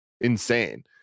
insane